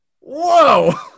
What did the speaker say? whoa